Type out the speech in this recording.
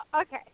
Okay